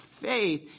faith